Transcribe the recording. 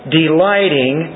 delighting